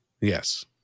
Yes